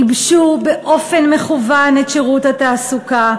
ייבשו באופן מכוון את שירות התעסוקה,